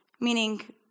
meaning